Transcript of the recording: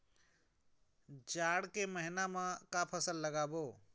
जाड़ ला महीना म का फसल लगाबो?